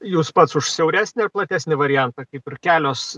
jūs pats už siauresnį ar platesnį variantą kaip ir kelios